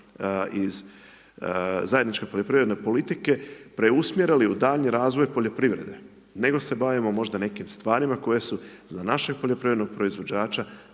iz zajedničke poljoprivredne politike preusmjerili u daljnji razvoj poljoprivrede. Nego se bavimo možda nekim stvarima koje su za našeg poljoprivrednog proizvođača